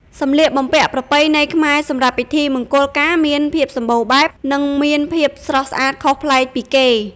សម្លៀកបំពាក់ប្រពៃណីខ្មែរសម្រាប់ពិធីមង្គលការមានភាពសម្បូរបែប និងមានភាពស្រស់ស្អាតខុសប្លែកពីគេ ។